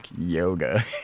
yoga